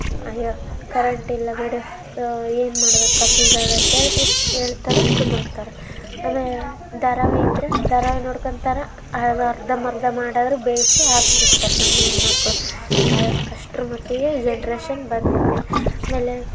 ಅಯ್ಯೋ ಕರೆಂಟ್ ಇಲ್ಲ ಬಿಡು ಏನು ಮಾಡ್ಬೇಕು ಕತ್ತಲದಾಗ ಅಂತೇಳ್ಬಿಟ್ಟು ಹೇಳ್ತಾರ ಕುಂದ್ರತಾರೆ ಅಮೇ ಧಾರಾವಾಹಿ ಇದ್ದರೆ ಧಾರಾವಾಹಿ ನೋಡ್ಕೊಂತಾರೆ ಅದು ಅರ್ಧಂಬರ್ಧ ಮಾಡಾದರೂ ಬೇಯಿಸಿ ಹಾಕ್ತಿರ್ತಾರೆ ನಮ್ಮ ಹೆಣ್ ಮಕ್ಕಳು ಅಷ್ಟ್ರ ಮಟ್ಟಿಗೆ ಈ ಜನ್ರೇಷನ್ ಬಂದೈತಿ ಆಮೇಲೆ